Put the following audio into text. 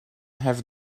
have